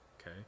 okay